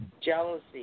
Jealousy